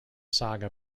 saga